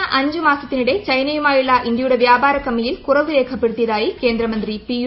കഴിഞ്ഞ അഞ്ച് മാസ്ത്തിനിടെ ചൈനയുമായുള്ള ഇന്ത്യയുടെ വ്യാപാരക്കമ്മിയിൽ കുറവ് രേഖപ്പെടുത്തിയതായി കേന്ദ്ര മന്ത്രി പിയുഷ് ഗോയൽ